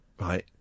right